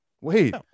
Wait